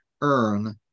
earn